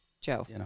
Joe